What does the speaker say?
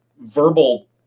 verbal